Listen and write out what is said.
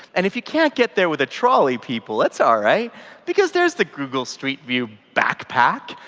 and if you can't get there with a trolley, people, that's all right because there's the google street view backpack,